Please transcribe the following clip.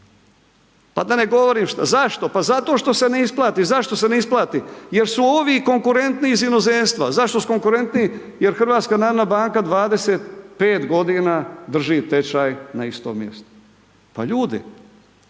A da ne govorim, zašto, pa zato što se ne isplati, zašto se ne isplati, jer su ovi konkurentniji iz inozemstva. Zašto su konkurentniji? Jer HNB 25 g. drži tečaj na istom mjestu. Pa ljudi,